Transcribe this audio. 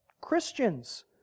christians